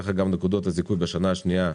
ככה גם נקודות הזיכוי בשנה השנייה,